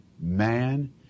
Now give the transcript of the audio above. man